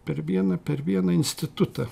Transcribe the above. per vieną per vieną institutą